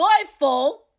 joyful